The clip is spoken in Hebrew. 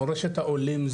מורשת העולים,